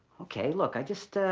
okay, look, i just